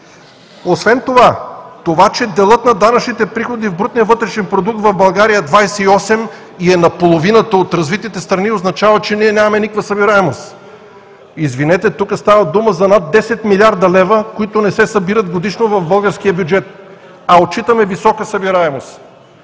Освен това, че делът на данъчните приходи в брутния вътрешен продукт в България е 28% и е наполовината от развитите страни, означава, че ние нямаме никаква събираемост. Извинете, но тук става дума за над 10 млрд. лв., които не се събират годишно в българския бюджет, а отчитаме висока събираемост!